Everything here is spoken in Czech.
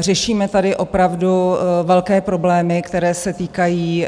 Řešíme tady opravdu velké problémy, které se týkají